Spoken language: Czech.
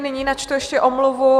Nyní načtu ještě omluvu.